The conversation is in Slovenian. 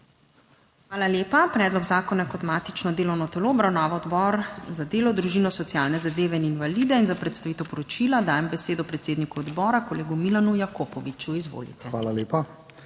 Hvala lepa. Predlog zakona je kot matično delovno telo obravnaval Odbor za delo, družino, socialne zadeve in invalide in za predstavitev poročila dajem besedo predsedniku odbora, kolegu Milanu Jakopoviču. Izvolite. **MILAN